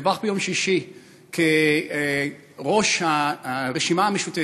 דווח ביום שישי כי ראש הרשימה המשותפת,